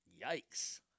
Yikes